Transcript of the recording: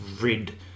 read